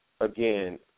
again